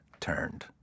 turned